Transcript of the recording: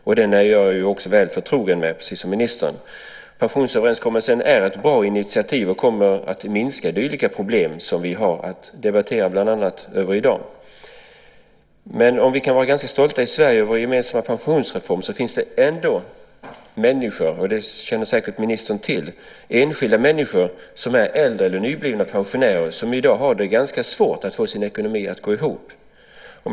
Och jag är, precis som ministern, väl förtrogen med den. Pensionsöverenskommelsen är ett bra initiativ och kommer att minska dylika problem som vi har att debattera bland annat i dag. Men om vi i Sverige kan vara ganska stolta över vår gemensamma pensionsreform finns det ändå enskilda människor, vilket ministern säkert känner till, som är äldre eller nyblivna pensionärer och som i dag har det ganska svårt att få sin ekonomi att gå ihop.